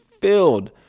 filled